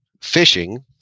fishing